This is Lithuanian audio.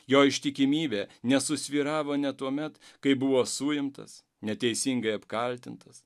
jo ištikimybė nesusvyravo net tuomet kai buvo suimtas neteisingai apkaltintas